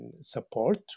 support